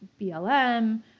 BLM